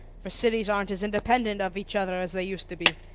for cities aren't as independent of each other as they used to be.